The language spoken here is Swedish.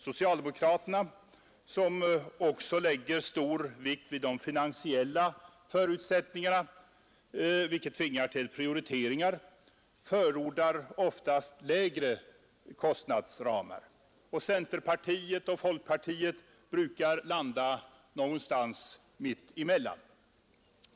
Socialdemokraterna, som också lägger stor vikt vid de finansiella förutsättningarna, vilket tvingar till prioriteringar, förordar oftast lägre kostnadsramar. Centerpartiet och folkpartiet brukar landa någonstans mitt emellan.